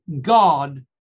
God